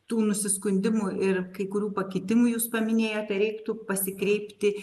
tų nusiskundimų ir kai kurių pakitimų jūs paminėjote reiktų pasikreipti